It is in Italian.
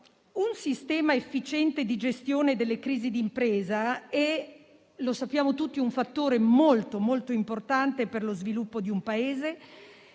Un sistema efficiente di gestione delle crisi di impresa è - come sappiamo tutti - un fattore davvero molto importante per lo sviluppo di un Paese,